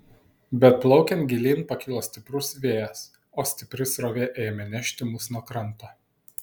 bet plaukiant gilyn pakilo stiprus vėjas o stipri srovė ėmė nešti mus nuo kranto